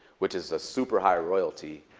which is a super high royalty.